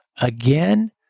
Again